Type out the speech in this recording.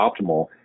optimal